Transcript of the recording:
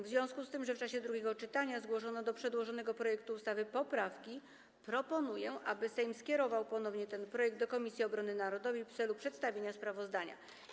W związku z tym, że w czasie drugiego czytania złożono do przedłożonego projektu ustawy poprawki, proponuję, aby Sejm skierował ponownie ten projekt do Komisji Obrony Narodowej w celu przedstawienia sprawozdania.